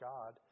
God